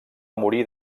morir